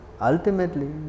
ultimately